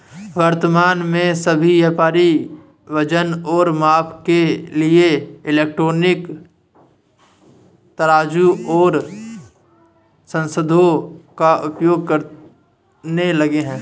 वर्तमान में सभी व्यापारी वजन और माप के लिए इलेक्ट्रॉनिक तराजू ओर साधनों का प्रयोग करने लगे हैं